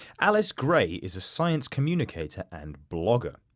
alice gray is a science communicator and blogger.